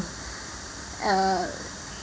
uh